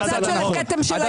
בצד של הכתם של ההיסטוריה.